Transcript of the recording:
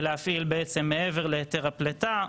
ולהפעיל מעבר להיתר הפליטה.